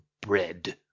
bread